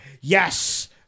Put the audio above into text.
Yes